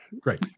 Great